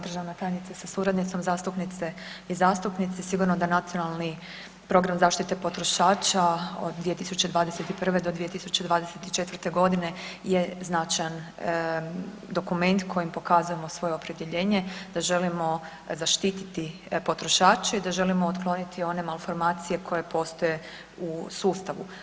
Državna tajnice sa suradnicom, zastupnice i zastupnici sigurno da Nacionalni program zaštite potrošača od 2021. do 2024. godine je značajan dokument kojim pokazujemo svoje opredjeljenje da želimo zaštititi potrošače i da želimo otkloniti one malformacije koje postoje u sustavu.